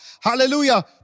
Hallelujah